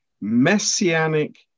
messianic